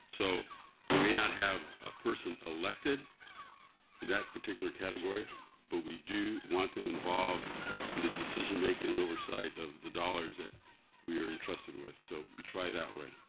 so we may not have a person elected in that particular category but we do want them involved in the decision making and oversight of the dollars that we are entrusted so we try that way.